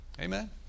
Amen